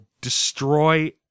destroy